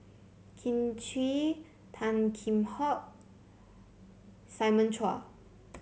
Kin Chui Tan Kheam Hock Simon Chua